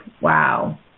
Wow